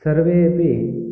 सर्वे अपि